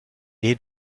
est